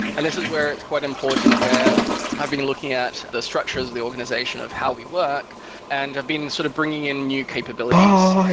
and this is where it's quite important where i've been looking at the structures of the organization of how we work and have been sort of bringing in new capabilities.